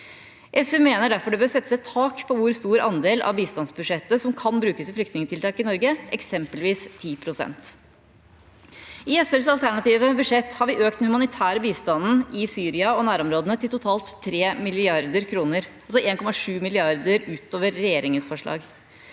SV mener derfor det bør settes et tak på hvor stor andel av bistandsbudsjettet som kan brukes i flyktningtiltak i Norge, eksempelvis 10 pst. I SVs alternative budsjett har vi økt den humanitære bistanden i Syria og nærområdene til totalt 3 mrd. kr, altså 1,7 mrd. kr utover regjeringas forslag.